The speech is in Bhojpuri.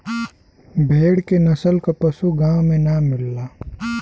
भेड़ के नस्ल क पशु गाँव में ना मिलला